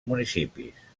municipis